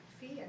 Fear